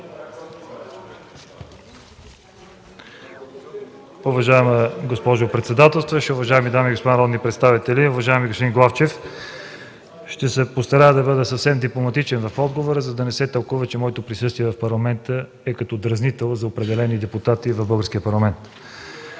Уважаема госпожо председателстваща, уважаеми дами и господа народни представители! Уважаеми господин Главчев, ще се постарая да бъда съвсем дипломатичен в отговора, за да не се тълкува, че присъствието ми в Парламента е като дразнител за определени депутати в българския Парламент.